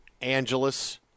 Angeles